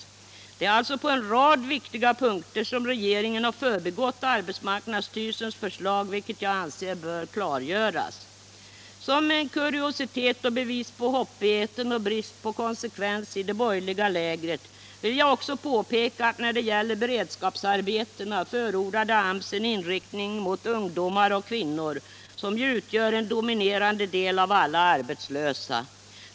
Regeringen har alltså på en rad viktiga punkter förbigått arbetsmarknadsstyrelsens förslag, vilket jag anser bör klargöras. Som en kuriositet och ett bevis på hoppigheten och bristen på konsekvens i det borgerliga lägret vill jag också påpeka att AMS när det gällde beredskapsarbetena förordade en inriktning mot ungdomar och kvinnor, som ju utgör den dominerande delen av alla arbetslösa.